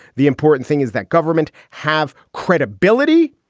the important thing is that government have credibility.